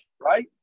Right